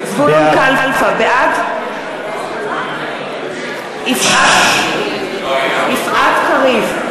קלפה, בעד יפעת קריב,